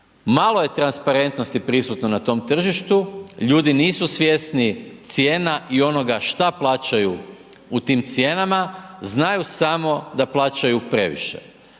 Malo je transparentnosti prisutno na tom tržištu. Ljudi nisu svjesni cijena i onoga što plaćaju u tim cijenama. Znaju samo da plaćaju previše.